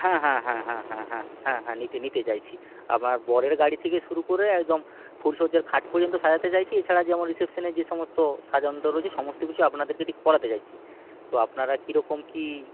হ্যাঁ হ্যাঁ হ্যাঁ হ্যাঁ হ্যাঁ হ্যাঁ হ্যাঁ হ্যাঁ নিতে নিতে চাইছি আপনার বরের গাড়ি থেকে শুরু করে একদম ফুলশয্যার খাট পর্যন্ত সাজাতে চাইছি এছাড়া যেমন রিসেপশনের যে সমস্ত সাজানোটা রয়েছে সমস্ত কিছু আপনাদেরকে দিয়ে করাতে চাইছি তো আপনারা কীরকম কী